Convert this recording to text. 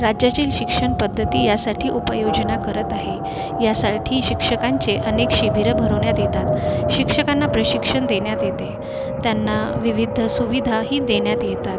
राज्यातील शिक्षणपद्धती यासाठी उपाययोजना करत आहे यासाठी शिक्षकांचे अनेक शिबिरं भरवण्यात येतात शिक्षकांना प्रशिक्षण देण्यात येते त्यांना विविध सुविधाही देण्यात येतात